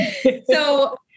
So-